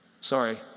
Sorry